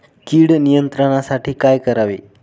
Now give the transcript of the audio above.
कीड नियंत्रणासाठी काय करावे?